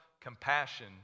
compassion